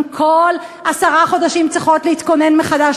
הן כל עשרה חודשים צריכות להתכונן מחדש